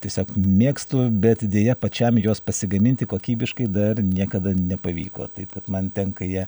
tiesiog mėgstu bet dėja pačiam juos pasigaminti kokybiškai dar niekada nepavyko taip kad man tenka jie